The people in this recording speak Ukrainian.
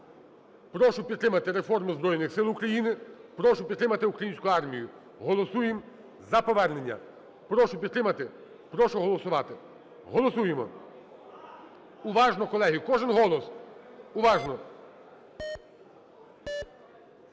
Прошу підтримати реформу Збройних Сил України. Прошу підтримати українську армію. Голосуємо за повернення. Прошу підтримати, прошу голосувати. Голосуємо! Уважно, колеги, кожен голос. Уважно!